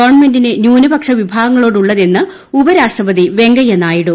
ഗവൺമെന്റിന് ന്യൂനപക്ഷ വിഭാഗങ്ങളോടുള്ളതെന്ന് ഉപരാഷ്ട്രപതി വെങ്കയ്യ നായിഡു